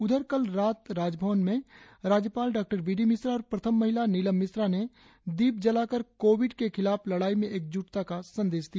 उधर कल रात राजभवन में राज्यपाल डॉबीडीमिश्रा और प्रथम महिला नीलम मिश्रा ने दीप जलाकर कर कोविड के खिलाफ लड़ाई में एकजुटता का संदेश दिया